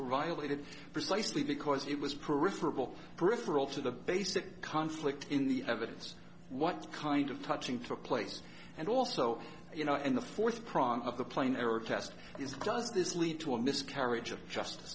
violated precisely because it was peripheral peripheral to the basic conflict in the evidence what kind of touching took place and also you know in the fourth prong of the plain error test is does this lead to a miscarriage of justice